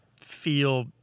feel